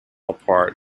apart